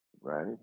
right